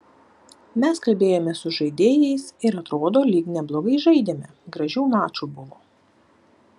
mes kalbėjomės su žaidėjais ir atrodo lyg neblogai žaidėme gražių mačų buvo